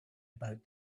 about